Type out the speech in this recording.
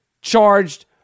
charged